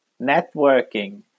networking